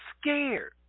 scared